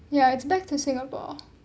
ya it's back to singapore